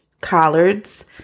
collards